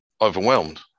overwhelmed